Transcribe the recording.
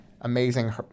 amazing